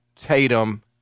Tatum